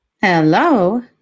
hello